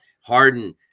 Harden